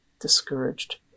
discouraged